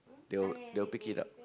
they'll they will pick it up